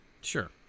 sure